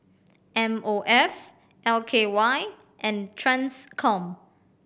M O F L K Y and Transcom